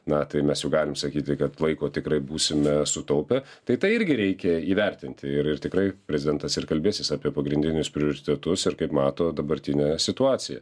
na tai mes jau galim sakyti kad laiko tikrai būsime sutaupę tai tai irgi reikia įvertinti ir ir tikrai prezidentas ir kalbėsis apie pagrindinius prioritetus ir kaip mato dabartinę situaciją